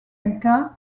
incas